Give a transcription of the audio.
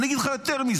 אני אגיד לך יותר מזה,